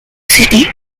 city